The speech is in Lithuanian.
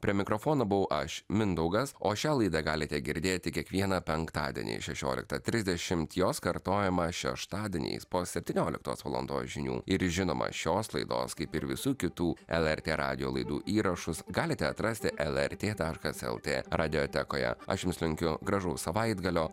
prie mikrofono buvau aš mindaugas o šią laidą galite girdėti kiekvieną penktadienį šešioliktą trisdešimt jos kartojimą šeštadieniais po septynioliktos valandos žinių ir žinoma šios laidos kaip ir visų kitų lrt radijo laidų įrašus galite atrasti lrt taškas elte radijotekoje aš jums linkiu gražaus savaitgalio